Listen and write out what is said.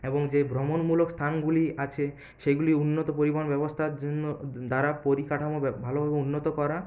এবং যে ভ্রমণমূলক স্থানগুলি আছে সেগুলি উন্নত পরিবহন ব্যবস্থার জন্য দ্বারা পরিকাঠামো ভালোভাবে উন্নত করা